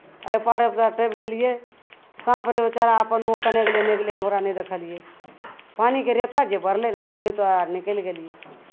एहि पार आबि कऽ टपि गेलियै साँप रहै बेचारा अपन ओ केन्नऽ गेलै नहि गेलै हम ओकरा नहि देखलियै पानिके रेता जे बढ़लै ने तऽ ओहीपर निकलि गेलियै